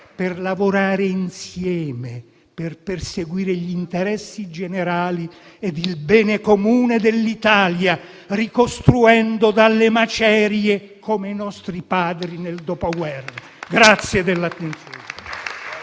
per lavorare insieme, per perseguire gli interessi generali ed il bene comune dell'Italia, ricostruendo dalle macerie, come i nostri padri nel dopoguerra. Grazie dell'attenzione.